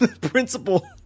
principal